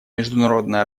международная